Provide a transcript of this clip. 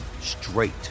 straight